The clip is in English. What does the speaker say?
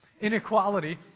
inequality